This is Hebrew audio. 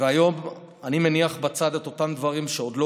והיום אני מניח בצד את אותם דברים שעוד לא